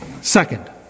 Second